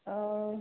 ओ